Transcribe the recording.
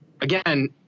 again